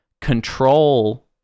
control